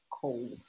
cold